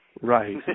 Right